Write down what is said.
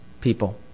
people